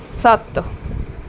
ਸੱਤ